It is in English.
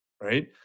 Right